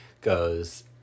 goes